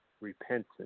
Repentance